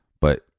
But-